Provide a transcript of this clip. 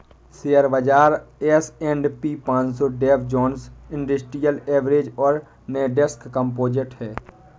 share बाजार S and P पनसो Dow Jones industrial average और नैस्डैक कंपोजिट है